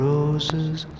Roses